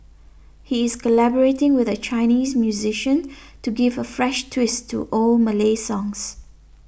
he is collaborating with a Chinese musician to give a fresh twist to old Malay songs